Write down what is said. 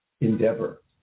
endeavor